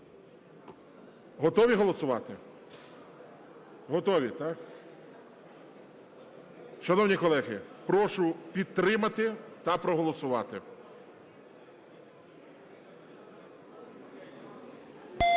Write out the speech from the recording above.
Готові голосувати? Готові, так? Шановні колеги, прошу підтримати та проголосувати.